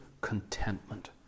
contentment